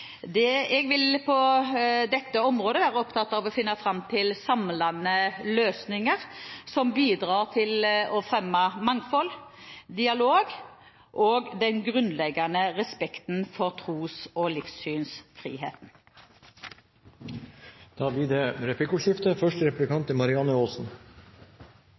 2014. Jeg vil på dette området være opptatt av å finne fram til samlende løsninger som bidrar til å fremme mangfold, dialog og den grunnleggende respekten for tros- og livssynsfriheten. Det blir replikkordskifte. Jeg skal stille et spørsmål om Den norske kirke. Det